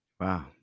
Wow